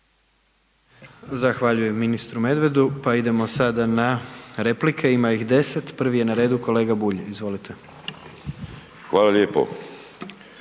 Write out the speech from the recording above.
Zahvaljujem ministru Medvedu, pa idemo sada na replike ima ih 10, prvi je na redu kolega Bulj, izvolite. **Bulj,